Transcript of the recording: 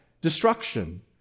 destruction